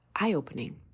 eye-opening